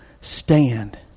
stand